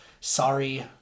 sorry